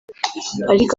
ariko